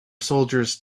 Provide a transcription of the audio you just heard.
soldiers